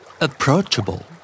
Approachable